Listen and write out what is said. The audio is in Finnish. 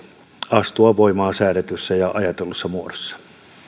astua voimaan säädetyssä ja ajatellussa muodossa